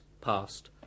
passed